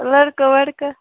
لٔڑکہٕ ؤڑکہٕ